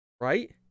right